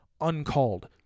uncalled